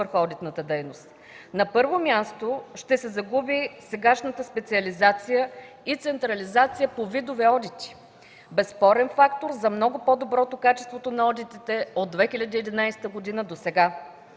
върху одитната дейност. На първо място ще се загуби сегашната специализация и централизация по видове одити – безспорен фактор за много по-добро качество на одитите от 2011 г. досега.